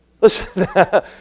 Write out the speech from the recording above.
Listen